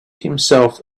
himself